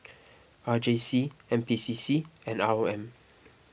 R J C N P C C and R O M